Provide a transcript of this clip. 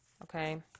Okay